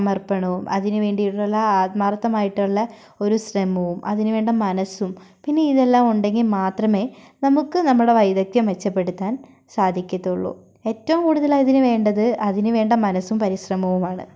സമർപ്പണവും അതിനു വേണ്ടിയിട്ടുള്ള ആത്മാർത്ഥമായിട്ടുള്ള ഒരു ശ്രമവും അതിനു വേണ്ട മനസും പിന്നെ ഇതെല്ലാം ഉണ്ടെങ്കിൽ മാത്രമേ നമുക്ക് നമ്മുടെ വൈദഗ്ദ്ധ്യം മെച്ചപ്പെടുത്താൻ സാധിക്കത്തുള്ളു ഏറ്റവും കൂടുതലയി അതിനു വേണ്ടത് അതിനു വേണ്ട മനസും പരിശ്രമവുമാണ്